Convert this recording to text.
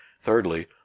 Thirdly